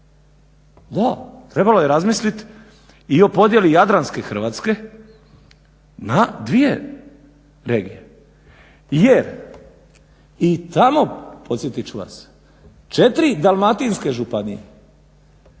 Da, trebalo je razmisliti i o podjeli jadranske Hrvatske na dvije regije jer i tamo podsjetit ću vas 4 dalmatinske županije